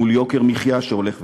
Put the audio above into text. מול יוקר מחיה שהולך וגדל.